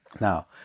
Now